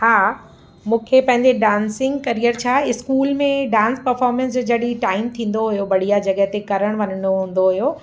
हा मूंखे पंहिंजे डांसिंग करियर छा स्कूल में डांस परफ़ॉर्मेंस जे जॾहिं टाइम थींदो हुयो बढ़िया जॻहि ते करणु वञिणो हूंदो हुयो